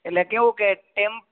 એટલે કેવું કે ટેમ